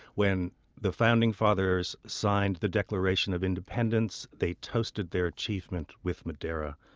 when the founding fathers signed the declaration of independence, they toasted their achievement with madeira.